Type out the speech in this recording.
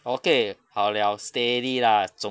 okay 好 liao steady lah 终